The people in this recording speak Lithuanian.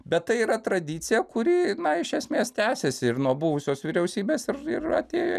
bet tai yra tradicija kuri iš esmės tęsiasi ir nuo buvusios vyriausybės ir atėjo